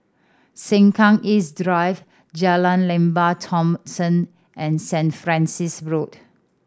Sengkang East Drive Jalan Lembah Thomson and Saint Francis Road